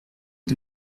est